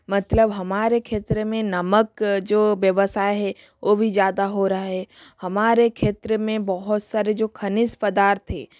मतलब हमारे क्षेत्र में नमक जो व्यवसाय है ओ भी ज़्यादा हो रहा है हमारे क्षेत्र में बहुत सारे जो खनिज पदार्थ है